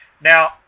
Now